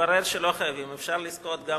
התברר שלא חייבים, אפשר לזכות גם